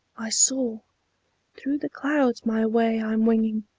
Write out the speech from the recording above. i soar through the clouds my way i'm winging,